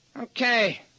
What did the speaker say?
Okay